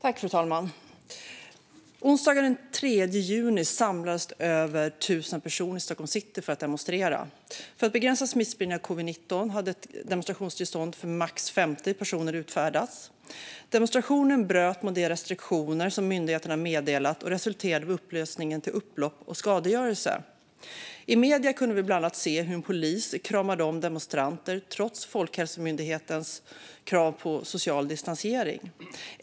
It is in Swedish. Fru talman! Onsdagen den 3 juni samlades över tusen personer i Stockholms city för att demonstrera. För att begränsa smittspridning av covid19 hade ett demonstrationstillstånd för max 50 personer utfärdats. Demonstrationen bröt mot de restriktioner som myndigheterna meddelat. Och upplösningen resulterade i upplopp och skadegörelse. I medierna kunde vi bland annat se en polis krama om demonstranter, trots Folkhälsomyndighetens krav på social distansering.